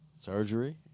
Surgery